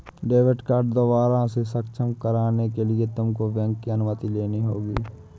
debit card दोबारा से सक्षम कराने के लिए तुमको बैंक की अनुमति लेनी होगी